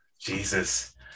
Jesus